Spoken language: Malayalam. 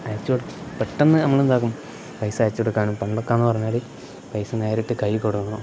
അയച്ച് കൊടുക്കാൻ പെട്ടെന്ന് നമ്മൾ എന്താക്കും പൈസ അയച്ച് കൊടുക്കാനും പണ്ടൊക്കെ എന്ന് പറഞ്ഞാൽ പൈസ നേരിട്ട് കൈയ്യിൽ കൊടുക്കണം